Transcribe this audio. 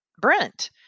Brent